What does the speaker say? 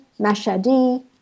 mashadi